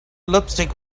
lipstick